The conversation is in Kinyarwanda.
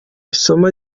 isumo